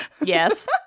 Yes